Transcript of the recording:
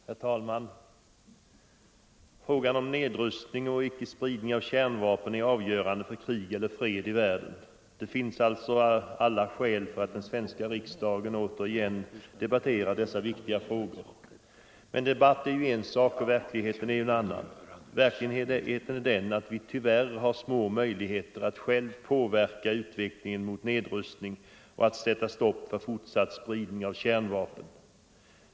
Herr talman! Frågan om nedrustning och icke-spridning av kärnvapen är avgörande för krig eller fred i världen. Det finns alltså alla skäl för den svenska riksdagen att återigen debattera dessa viktiga frågor. Men debatt är en sak, verkligheten är en annan. Verkligheten är den att vi tyvärr har små möjligheter att själva påverka utvecklingen mot nedrustning och att sätta stopp för fortsatt spridning av kärnvapen.